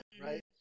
right